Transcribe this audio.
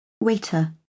Waiter